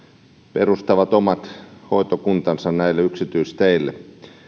perustavat omat hoitokuntansa näille yksityisteille